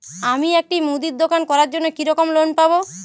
আমি একটি মুদির দোকান করার জন্য কি রকম লোন পাব?